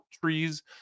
trees